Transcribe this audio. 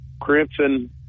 crimson